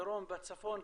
בדרום ובצפון,